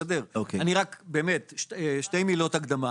שתי מילות הקדמה.